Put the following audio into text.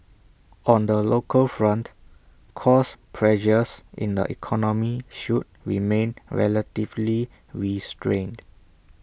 on the local front cost pressures in the economy should remain relatively restrained